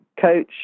coach